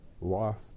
lost